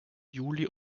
juli